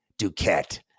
Duquette